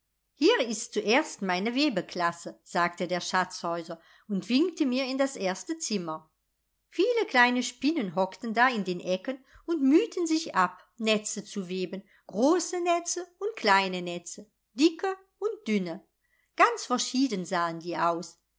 hier ist zuerst meine webeklasse sagte der schatzhäuser und winkte mir in das erste zimmer viele kleine spinnen hockten da in den ecken und mühten sich ab netze zu weben große netze und kleine netze dicke und dünne ganz verschieden sahen die aus